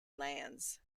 lands